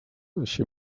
així